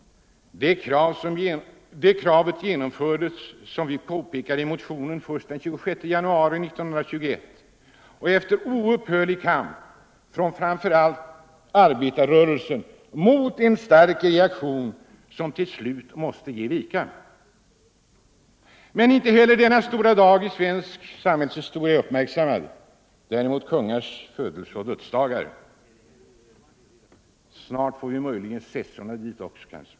Det kravet genomfördes — som vi påpekar i motionen — först den 26 januari 1921 och efter oupphörlig kamp från framför allt arbetarrörelsen mot en stark reaktion, som till slut måste ge vika. Men inte heller denna stora dag i svensk samhällshistoria är uppmärksammad, däremot kungars födelseoch dödsdagar. Snart kanske också våra prinsessor blir uppmärksammade på det sättet.